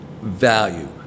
value